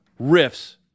riffs